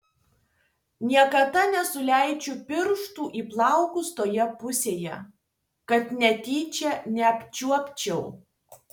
niekada nesuleidžiu pirštų į plaukus toje pusėje kad netyčia neapčiuopčiau